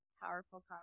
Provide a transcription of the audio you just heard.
powerful